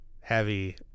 heavy